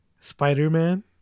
Spider-Man